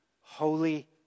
Holy